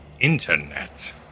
Internet